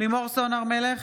לימור סון הר מלך,